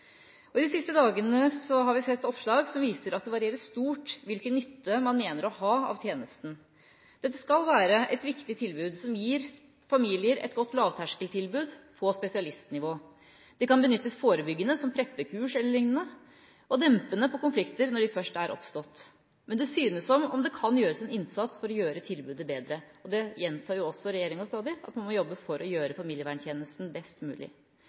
I de siste dagene har vi sett oppslag som viser at det varierer stort hvilken nytte man mener å ha av tjenesten. Dette skal være et viktig tilbud som gir familier et godt lavterskeltilbud på spesialistnivå – de kan benyttes forebyggende, som preppekurs e.l., og dempende på konflikter når de først er oppstått. Men det synes som om det kan gjøres en innsats for å gjøre tilbudet bedre, og det gjentar jo også regjeringa stadig, at man må jobbe for å gjøre familieverntjenesten best mulig.